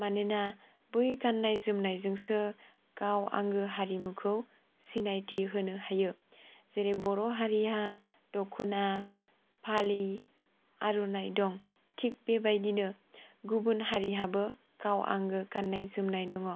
मानोना बै गाननाय जोमनायजोंसो गाव आंगो हारिमुखौ सिनायथि होनो हायो जेरै बर' हारिहा दख'ना फालि आर'नाइ दं थिख बिबायदिनो गुबुन हारिहाबो गाव आंगो गाननाय जोमनाय दङ